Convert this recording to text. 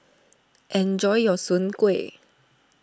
enjoy your Soon Kueh